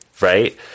Right